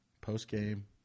post-game